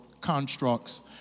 constructs